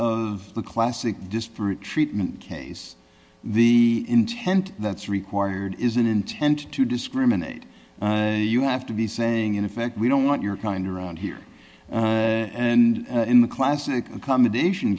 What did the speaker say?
of the classic disparate treatment case the intent that's required is an intent to discriminate you have to be saying in effect we don't want your kind around here and in the classic accommodation